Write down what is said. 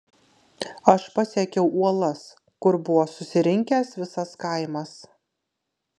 aš pasiekiau uolas kur buvo susirinkęs visas kaimas